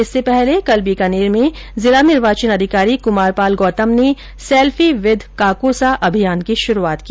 इससे पहले कल बीकानेर में जिला निर्वाचन अधिकारी कुमारपाल गौतम ने सेल्फी विद काकोसा अभियान की शुरूआत की